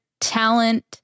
talent